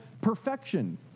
perfection